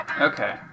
Okay